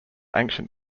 ancient